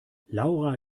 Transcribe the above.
laura